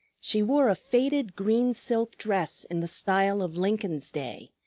she wore a faded green silk dress in the style of lincoln's day,